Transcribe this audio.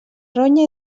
ronya